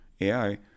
AI